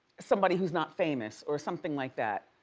somebody who's not famous or something like that,